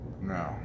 no